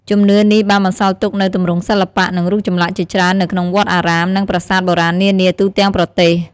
ជំនឿនេះបានបន្សល់ទុកនូវទម្រង់សិល្បៈ និងរូបចម្លាក់ជាច្រើននៅក្នុងវត្តអារាម និងប្រាសាទបុរាណនានាទូទាំងប្រទេស។